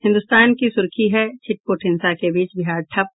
हिन्दुस्तान की सुर्खी है छिटपुट हिंसा के बीच बिहार ठप